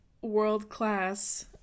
world-class